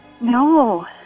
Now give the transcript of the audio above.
No